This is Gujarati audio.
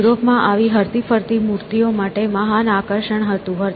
અને યુરોપમાં આવી હરતી ફરતી મૂર્તિઓ માટે મહાન આકર્ષણ હતું